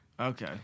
Okay